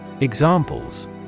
Examples